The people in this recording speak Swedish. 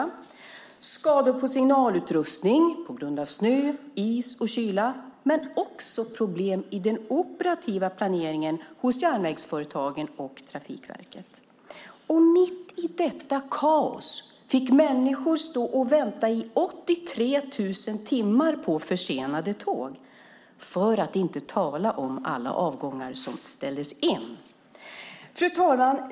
Det uppstod skador på signalutrustning på grund av snö, is och kyla. Men det var också problem i den operativa planeringen hos järnvägsföretagen och Trafikverket. Mitt i detta kaos fick människor stå och vänta i 83 000 timmar på försenade tåg, för att inte tala om alla avgångar som ställdes in. Fru talman!